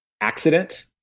accident